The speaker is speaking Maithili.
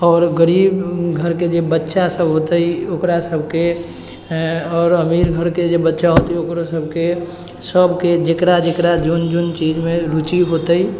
आओर गरीब घरके जे बच्चा सब होतै ओकरा सबके आओर अमीर घरके जे बच्चा होतै ओकरो सबके सबके जेकरा जेकरा जोन जोन चीजमे रुचि होतै